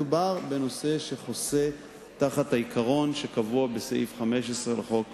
בנושא שחוסה תחת העיקרון שקבוע בסעיף 15 לחוק